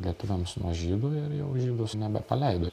lietuviams nuo žydų ir jau žydus nebepaleido